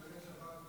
הרב גפני,